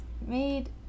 Made